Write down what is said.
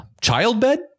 Childbed